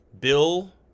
Bill